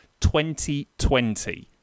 2020